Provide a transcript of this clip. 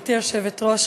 גברתי היושבת-ראש,